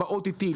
ב-OTT,